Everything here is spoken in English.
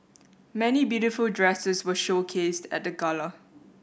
many beautiful dresses were showcased at the gala